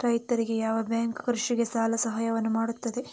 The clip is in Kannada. ರೈತರಿಗೆ ಯಾವ ಯಾವ ಬ್ಯಾಂಕ್ ಕೃಷಿಗೆ ಸಾಲದ ಸಹಾಯವನ್ನು ಮಾಡ್ತದೆ?